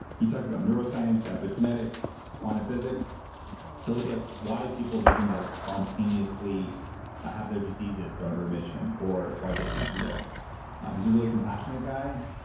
he talks about neuroscience epigenetics, quantum physics to look at why people do things like spontaneously or have their diseases go into remission or why they can heal he's a really compassionate guy.